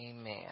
Amen